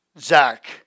Zach